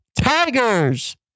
Tigers